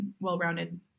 well-rounded